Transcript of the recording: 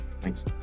Thanks